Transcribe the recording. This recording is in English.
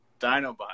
Dinobot